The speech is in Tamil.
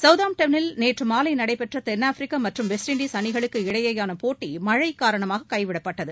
சவுதாம்டனில் நேற்று மாலை நடைபெற்ற தென்னாப்பிரிக்கா மற்றும் வெஸ்ட் இண்டஸ் அணிகளுக்கு இடையேயான போட்டி மழை காரணமாக கைவிடப்பட்டது